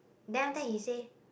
then after he say